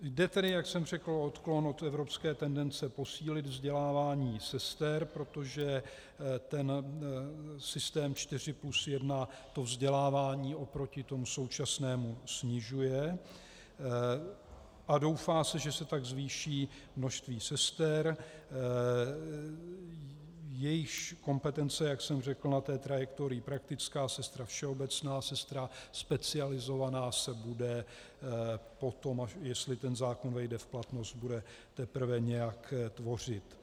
Jde tedy, jak jsem řekl, o odklon od evropské tendence posílit vzdělávání sester, protože ten systém čtyři plus jedna vzdělávání oproti tomu současnému snižuje, a doufá se, že se tak zvýší množství sester, jejichž kompetence, jak jsem řekl, na té trajektorii praktická sestra všeobecná sestra specializovaná, se bude potom, jestli ten zákon vejde v platnost, teprve nějak tvořit.